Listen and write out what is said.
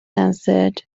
answered